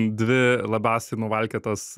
dvi labiausiai nuvalkiotos